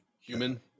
human